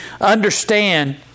understand